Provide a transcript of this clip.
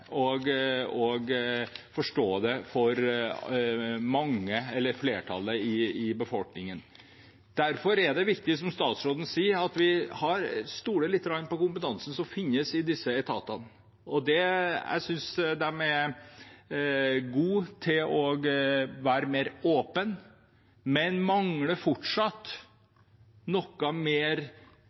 forstå det for flertallet i befolkningen. Derfor er det viktig, som statsråden sier, at vi stoler på kompetansen som finnes i disse etatene. Jeg synes de er gode til å være mer åpen, men de mangler fortsatt noe mer